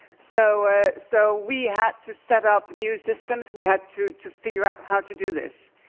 so ah so we had to set up new systems. we had to to figure out how to do this,